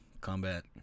Combat